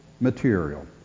material